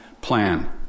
plan